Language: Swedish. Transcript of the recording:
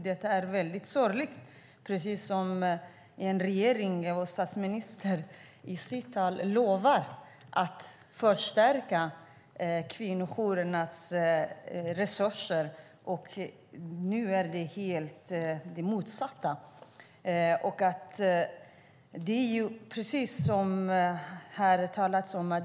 Detta är väldigt sorgligt, speciellt när statsministern i sitt tal lovade att förstärka kvinnojourernas resurser. Nu är det helt det motsatta.